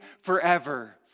forever